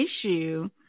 issue